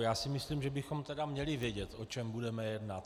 Já si myslím, že bychom tedy měli vědět, o čem budeme jednat.